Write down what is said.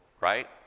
right